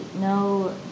no